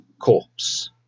corpse